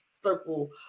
circle